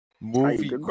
Movie